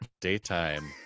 daytime